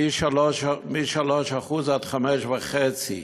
מ-3% עד 5.5%,